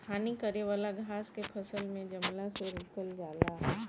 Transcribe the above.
हानि करे वाला घास के फसल में जमला से रोकल जाला